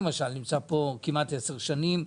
הזה כמעט 10 שנים,